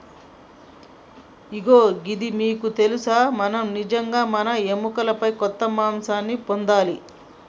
ఇగో గిది మీకు తెలుసా మనం నిజంగా మన ఎముకలపై కొంత మాంసాన్ని పొందాలి